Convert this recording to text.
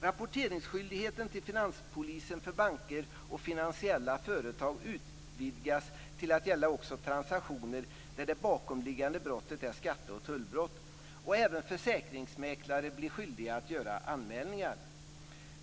Skyldigheten att rapportera till finanspolisen för banker och finansiella företag utvidgas till att också gälla transaktioner där bakomliggande brott är skatte och tullbrott. Även försäkringsmäklare blir skyldiga att göra anmälningar.